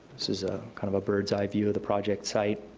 this is ah kind of a bird's eye view of the project site,